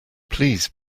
please